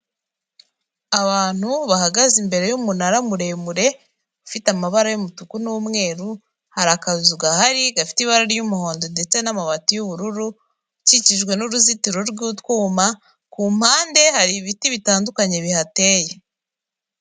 abantu bahagaze imbere y'umunara muremure ufite amabara y'umutuku n'umweru hari akazu gahari gafite ibara ry'umuhondo ndetse n'amabati y'ubururu ukikijwe nuruzitiro rw'utwuma ku mpande hari ibiti bitandukanye bihateye